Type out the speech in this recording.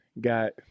got